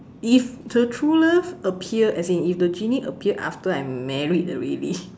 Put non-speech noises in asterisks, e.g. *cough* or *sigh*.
if the true love appear as in if the genie appear after I'm married already *laughs*